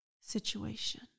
situation